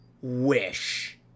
wish